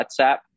WhatsApp